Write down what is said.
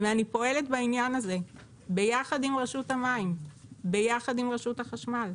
ואני פועלת בעניין הזה ביחד עם רשות המים ורשות החשמל.